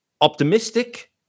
optimistic